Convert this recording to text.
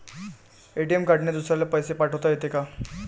ATM कार्डने दुसऱ्याले पैसे पाठोता येते का?